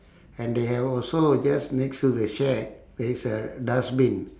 and they have also just next to the shack there is a dustbin